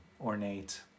ornate